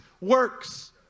works